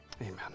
Amen